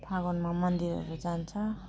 फागुनमा मन्दिरहरू जान्छ